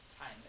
time